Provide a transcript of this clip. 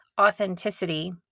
authenticity